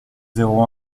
zéro